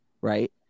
right